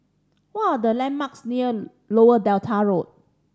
what are the landmarks near Lower Delta Road